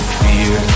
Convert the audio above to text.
fear